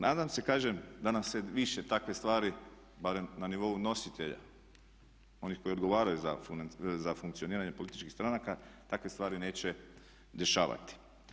Nadam se kažem da nam se više takve stvari barem na nivou nositelja onih koji odgovaraju za funkcioniranje političkih stranaka takve stvari neće dešavati.